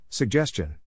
Suggestion